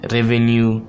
Revenue